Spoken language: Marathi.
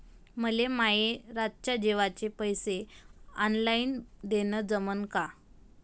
मले माये रातच्या जेवाचे पैसे ऑनलाईन देणं जमन का?